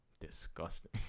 Disgusting